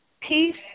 peace